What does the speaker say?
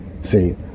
see